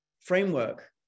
framework